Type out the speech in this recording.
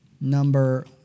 Number